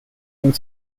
and